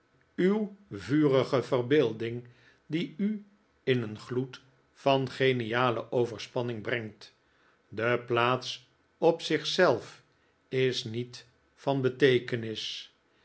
uw vurige verbeelding die u in een gloed van geniale overspanning brengt de plaats op zich zelf is niet van beteekenis